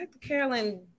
Carolyn